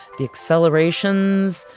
the accelerations,